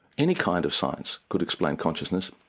any kind of science could explain consciousness